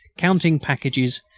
counting packages,